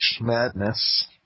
Madness